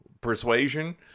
persuasion